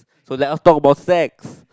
so let us talk about sex